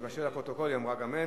היא מאשרת לפרוטוקול, היא אמרה גם הן.